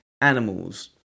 animals